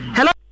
Hello